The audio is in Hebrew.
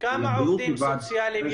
צריך שיתוף.